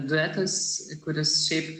duetas kuris šiaip